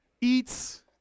eats